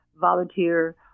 volunteer